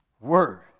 word